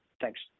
Thanks